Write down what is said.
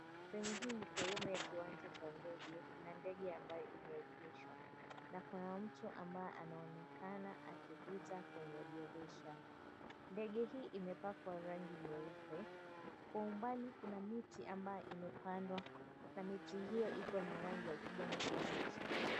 Sehemu hii ni sehemu ya kiwanja cha ndege, kuna ndege lililoegeshwa na kuna mtu ambaye anaonekana akipita kwenye dirisha, ndege hii imepakwa rangi nyeupe, kwa umbali kuna miti ambayo imepandwa na miti hiyo Iko na rangi ya kijani kibichi.